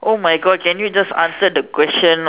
oh my God can you just answer the question oh